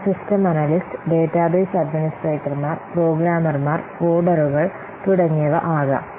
അവ system analyst database അഡ്മിനിസ്ട്രേറ്റർമാർ പ്രോഗ്രാമർമാർ കോഡറുകൾ തുടങ്ങിയവ ആകാം